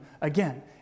again